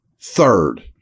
third